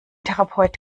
therapeut